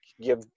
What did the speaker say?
give